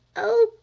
oh,